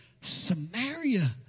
Samaria